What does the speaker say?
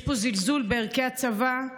יש פה זלזול בערכי הצבא,